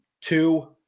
Two